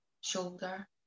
shoulder